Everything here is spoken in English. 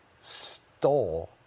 stole